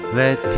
let